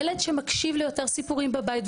ילד שמקשיב ליותר סיפורים בבית,